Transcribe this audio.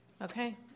Okay